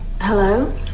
Hello